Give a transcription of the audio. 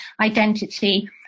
identity